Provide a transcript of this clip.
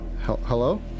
Hello